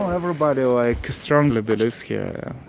um everybody, like, strongly believes here